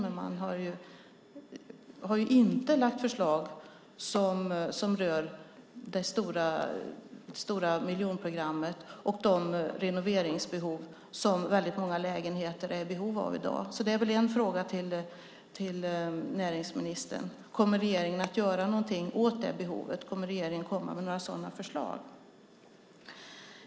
Men man har inte lagt fram förslag som rör det stora miljonprogrammet och de renoveringsbehov som väldigt många lägenheter har i dag. Det är en fråga till näringsministern: Kommer regeringen att göra någonting åt det behovet? Kommer regeringen att komma med några sådana förslag?